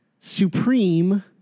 Supreme